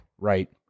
right